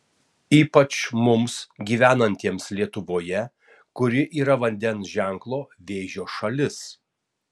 ypač mums gyvenantiems lietuvoje kuri yra vandens ženklo vėžio šalis